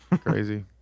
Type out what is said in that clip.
Crazy